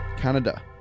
Canada